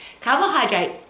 Carbohydrate